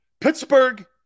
Pittsburgh